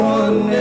one